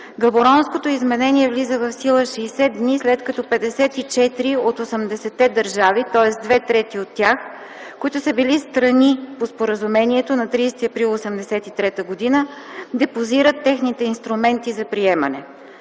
Габоронското изменение влиза в сила 60 дни след като 54 от 80-те държави, тоест две трети от тях, които са били страни по споразумението на 30 април 1983 г., депозират техните инструменти за приемане.